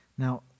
Now